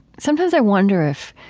sometimes i wonder if,